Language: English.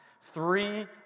Three